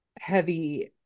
heavy